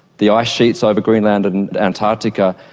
the ice sheets over greenland and antarctica,